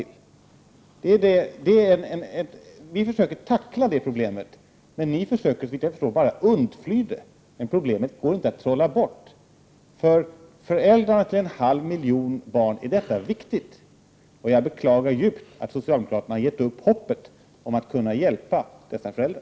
Vi försöker tackla det problemet, men ni försöker såvitt jag förstår bara undfly det. Men problemet går inte att trolla bort. För föräldrarna till en halv miljon barn är detta viktigt, och jag beklagar djupt att socialdemokraterna har gett upp hoppet om att kunna hjälpa dessa föräldrar.